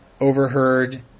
overheard